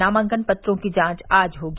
नामांकन पत्रों की जांच आज होगी